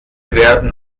werden